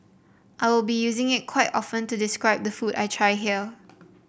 I will be using it quite often to describe the food I try here